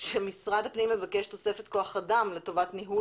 שמשרד הפנים מבקש תוספת כוח אדם לטובת ניהול